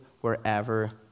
wherever